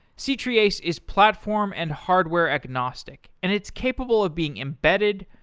c-treeace is platform and hardware-agnostic and it's capable of being embedded,